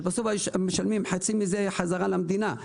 ובסוף משלמים חצי מזה חזרה למדינה,